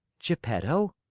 geppetto.